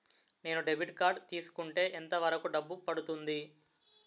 నేను debit card తీసుకుంటే ఎంత వరకు డబ్బు పడుతుంది?